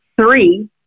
Three